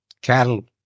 cattle